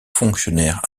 fonctionnaire